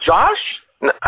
Josh